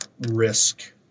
risk